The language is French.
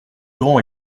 grand